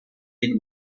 den